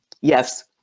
yes